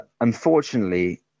unfortunately